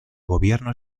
gobierno